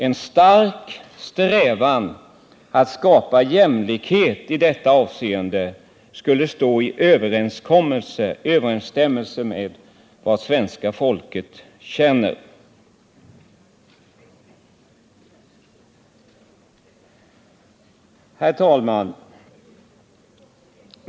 En stark strävan att skapa jämlikhet i detta avseende skulle stå i överensstämmelse med vad svenska folket känner. Herr talman!